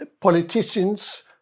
politicians